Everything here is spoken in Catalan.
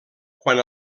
quan